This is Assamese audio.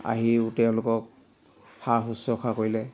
আহিও তেওঁলোকক সা শুশ্ৰূষা কৰিলে